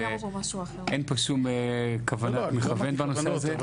אין פה שום כוונת מכוון בנושא הזה.